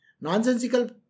Nonsensical